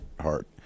heart